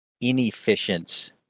inefficient